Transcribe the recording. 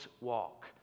walk